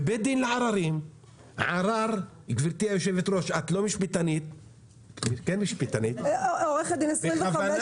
גברתי היושבת-ראש, את עורכת דין ואת